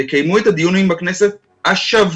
ויקיימו את הדיונים בכנסת השבוע,